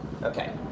Okay